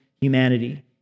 humanity